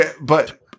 but-